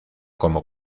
como